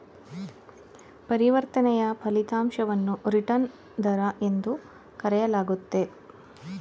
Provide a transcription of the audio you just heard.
ಪರಿವರ್ತನೆಯ ಫಲಿತಾಂಶವನ್ನು ರಿಟರ್ನ್ ದರ ಎಂದು ಕರೆಯಲಾಗುತ್ತೆ